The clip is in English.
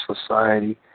society